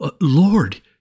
Lord